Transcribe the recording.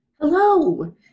Hello